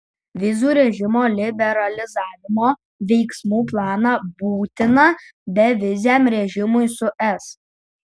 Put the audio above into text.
vizų režimo liberalizavimo veiksmų planą būtiną beviziam režimui su es